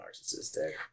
narcissistic